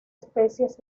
especies